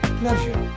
pleasure